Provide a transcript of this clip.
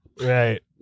Right